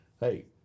hey